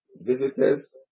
visitors